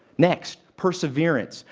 next, perseverence.